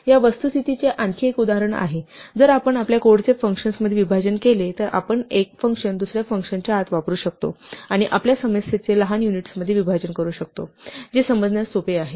या वस्तुस्थितीचे आणखी एक उदाहरण आहे जर आपण आपल्या कोडचे फंक्शन्समध्ये विभाजन केले तर आपण एक फंक्शन्स दुसर्या फंक्शनच्या आत वापरू शकतो आणि आपल्या समस्येचे लहान युनिट्समध्ये विभाजन करू शकतो जे समजण्यास सोपे आहे